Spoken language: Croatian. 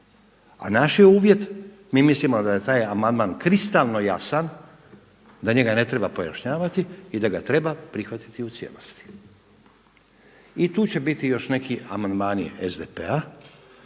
A naš je uvjet, mi mislimo da je amandman kristalno jasan, da njega ne treba pojašnjavati i da ga treba prihvatiti u cijelosti. I tu će biti još neki amandmani SDP-a